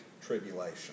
Tribulation